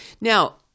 now